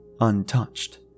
untouched